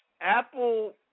Apple